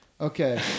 Okay